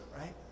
right